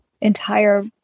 entire